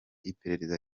iperereza